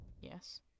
Yes